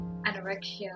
anorexia